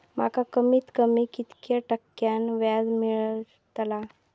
माका कमीत कमी कितक्या टक्क्यान व्याज मेलतला?